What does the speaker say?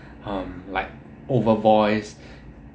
um like over voices